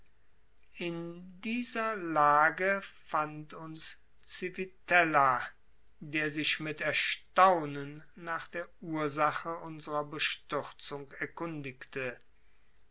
in dieser lage fand uns civitella der sich mit erstaunen nach der ursache unserer bestürzung erkundigte